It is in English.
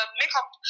makeup